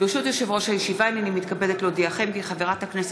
הרווחה והבריאות לוועדה המשותפת של ועדת החוץ